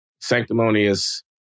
sanctimonious